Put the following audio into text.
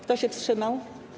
Kto się wstrzymał?